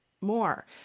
more